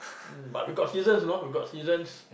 mm but we got seasons you know we got seasons